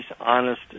honest